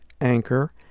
Anchor